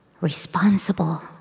responsible